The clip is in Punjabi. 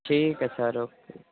ਠੀਕ ਹੈ ਸਰ ਓਕੇ